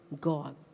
God